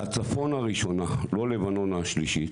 הצפון הראשונה, לא לבנון השלישית,